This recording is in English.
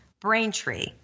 Braintree